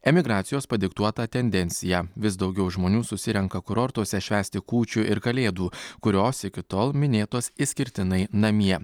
emigracijos padiktuotą tendenciją vis daugiau žmonių susirenka kurortuose švęsti kūčių ir kalėdų kurios iki tol minėtos išskirtinai namie